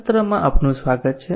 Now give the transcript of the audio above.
આ સત્રમાં આપનું સ્વાગત છે